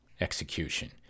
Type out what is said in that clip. execution